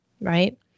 right